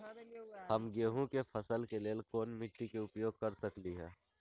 हम गेंहू के फसल के लेल कोन मिट्टी के उपयोग कर सकली ह?